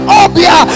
obia